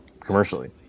commercially